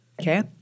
Okay